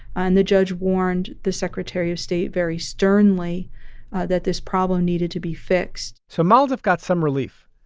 and the judge warned the secretary of state very sternly that this problem needed to be fixed so maldef got some relief.